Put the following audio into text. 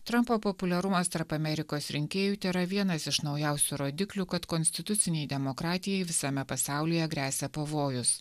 trampo populiarumas tarp amerikos rinkėjų tėra vienas iš naujausių rodiklių kad konstitucinei demokratijai visame pasaulyje gresia pavojus